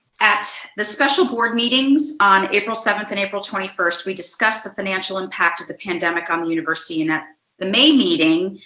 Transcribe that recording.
at the special board meetings on april seventh and april twenty first, we discussed the financial impact of the pandemic on the university. in ah the main meeting,